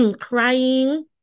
crying